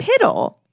piddle